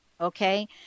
Okay